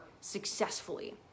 successfully